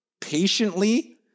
patiently